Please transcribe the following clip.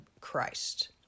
Christ